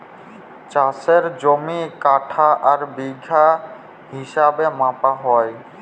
চাষের জমি কাঠা আর বিঘা হিছাবে মাপা হ্যয়